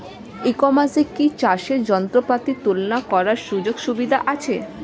ই কমার্সে কি চাষের যন্ত্রপাতি তুলনা করার সুযোগ সুবিধা আছে?